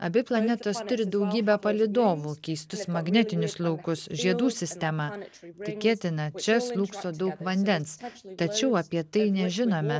abi planetos turi daugybę palydovų keistus magnetinius laukus žiedų sistemą tikėtina čia slūgso daug vandens tačiau apie tai nežinome